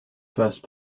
first